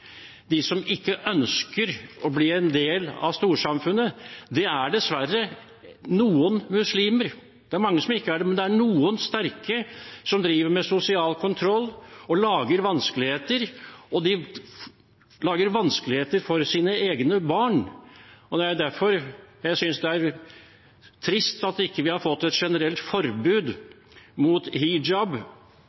som ikke ønsker å bli en del av storsamfunnet, det er dessverre noen muslimer. Det er mange som ikke gjør det, men det er noen sterke som driver med sosial kontroll og lager vanskeligheter. De lager vanskeligheter for sine egne barn, og det er derfor jeg synes det er trist at vi ikke har fått et generelt forbud mot hijab